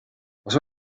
lase